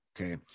Okay